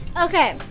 Okay